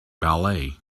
ballet